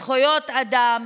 זכויות האדם,